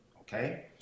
okay